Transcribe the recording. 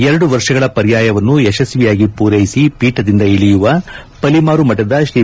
ಎರಡು ವರುಷಗಳ ಪರ್ಯಾಯವನ್ನು ಯಶಸ್ವಿಯಾಗಿ ಪೂರೈಸಿ ಪೀಠದಿಂದ ಇಳಿಯುವ ಪಲಿಮಾರು ಮಠದ ಶ್ರೀ